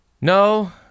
No